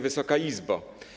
Wysoka Izbo!